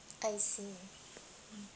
I see